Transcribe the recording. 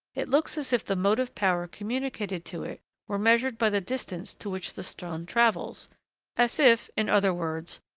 it looks as if the motive power communicated to it were measured by the distance to which the stone travels as if, in other words,